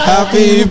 Happy